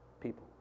people